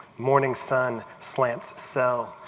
morning sun slants cell.